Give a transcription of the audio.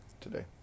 today